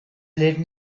live